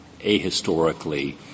ahistorically